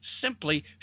simply